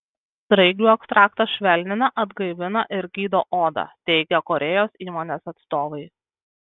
sraigių ekstraktas švelnina atgaivina ir gydo odą teigią korėjos įmonės atstovai